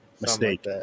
mistake